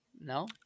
No